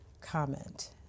comment